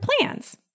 plans